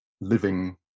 living